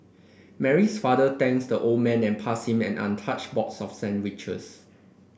Mary's father thanks the old man and passed him an untouched box of sandwiches